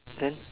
then